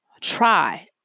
try